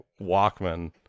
Walkman